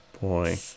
boy